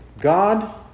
God